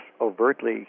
overtly